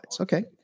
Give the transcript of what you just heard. Okay